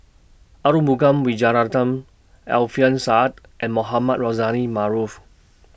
Arumugam Vijiaratnam Alfian Sa'at and Mohamed Rozani Maarof